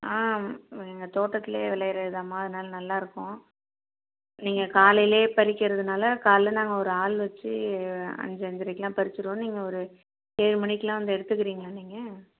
ஆ எங்கள் தோட்டத்திலையே விளையுறது தான்மா அதனாலே நல்லாயிருக்கும் நீங்கள் காலையில் பறிக்கிறதினால காலையில் நாங்கள் ஒரு ஆள் வச்சு அஞ்சு அஞ்சரைக்கலாம் பறிச்சுருவோம் நீங்கள் ஒரு ஏழு மணிக்கெலாம் வந்து எடுத்துக்கிறீங்களா நீங்கள்